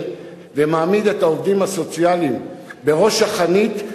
ומעמיד את העובדים הסוציאליים בראש החנית,